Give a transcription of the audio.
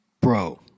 bro